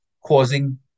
causing